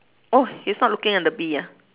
oh he's not looking at the bee ah